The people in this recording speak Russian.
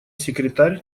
секретарь